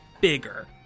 bigger